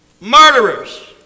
Murderers